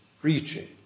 preaching